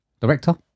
Director